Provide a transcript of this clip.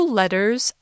letters